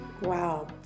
Wow